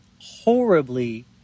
horribly